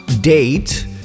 Date